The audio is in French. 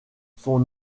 son